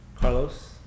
Carlos